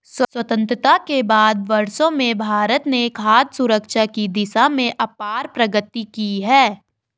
स्वतंत्रता के बाद के वर्षों में भारत ने खाद्य सुरक्षा की दिशा में अपार प्रगति की है